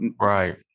Right